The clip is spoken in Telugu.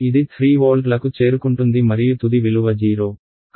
ఇది 3 వోల్ట్లకు చేరుకుంటుంది మరియు తుది విలువ 0